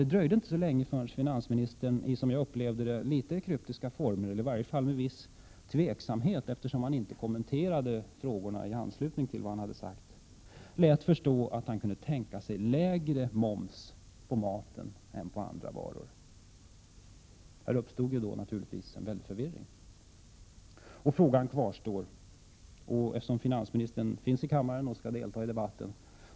Det dröjde inte så länge förrän finansministern i — som jag upplevde det - kryptiska former, och i varje fall med en viss tveksamhet, eftersom han inte kommenterade frågorna i anslutning till vad han hade sagt, lät förstå att han kunde tänka sig lägre moms på maten än på andra varor. Här uppstod då naturligtvis en väldig förvirring. Frågorna kvarstår. Jag ser att finansministern finns i kammaren och skall delta i debatten.